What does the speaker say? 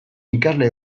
ikasle